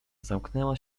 zamknęła